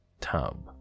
tub